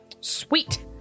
Sweet